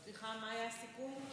סליחה, מה היה הסיכום?